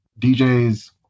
DJ's